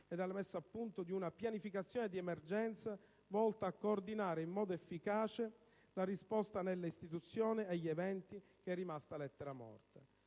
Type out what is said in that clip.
e la messa a punto di una pianificazione di emergenza volta a coordinare in modo efficace la risposta delle istituzioni agli eventi, è rimasto lettera morta.